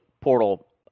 portal